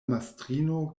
mastrino